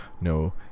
no